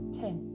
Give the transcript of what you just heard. ten